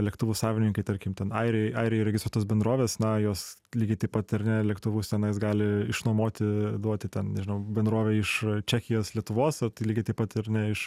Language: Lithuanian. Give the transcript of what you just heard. lėktuvų savininkai tarkim ten airijai airijoj registruotos bendrovės na jos lygiai taip pat ar ne lėktuvu tenais gali išnuomoti duoti ten nežinau bendrovei iš čekijos lietuvos tai lygiai taip pat ar ne iš